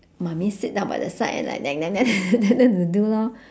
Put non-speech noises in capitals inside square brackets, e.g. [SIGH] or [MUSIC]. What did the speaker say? mummy sit down by the side and like nag nag nag nag [LAUGHS] then they do lor